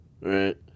Right